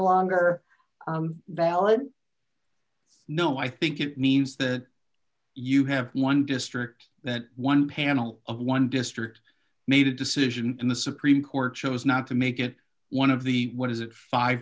longer valid no i think it means that you have one district that one panel of one district made a decision and the supreme court chose not to make it one of the what